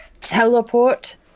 teleport